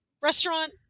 restaurant